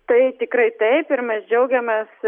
tai tikrai taip ir mes džiaugiamės